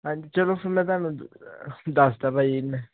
ਹਾਂਜੀ ਚਲੋ ਫਿਰ ਮੈਂ ਤੁਹਾਨੂੰ ਦੱਸਤਾ ਭਾਅ ਜੀ